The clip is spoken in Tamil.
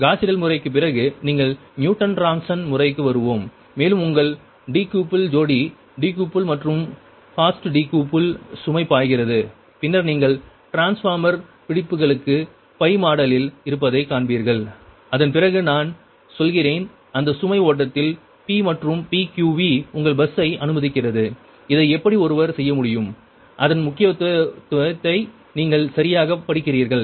காஸ் சீடெல் முறைக்குப் பிறகு நாங்கள் நியூட்டன் ராப்சன் முறைக்கு வருவோம் மேலும் உங்கள் டிகூபிள் ஜோடி டிகூபிள் மற்றும் ஃபாஸ்ட் டிகூபிள் சுமை பாய்கிறது பின்னர் நீங்கள் டிரான்ஸ்ஃபார்மர் பிடிப்புகளுக்கு pi மாடலில் இருப்பதைக் காண்பீர்கள் அதன் பிறகு நான் சொல்கிறேன் அந்த சுமை ஓட்டத்தில் P மற்றும் PQV உங்கள் பஸ்சை அனுமதிக்கிறது இதை எப்படி ஒருவர் செய்ய முடியும் அதன் முக்கியத்துவத்தை நீங்கள் சரியாகப் படிக்கிறீர்கள்